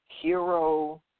hero